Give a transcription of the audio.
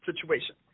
situation